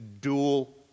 dual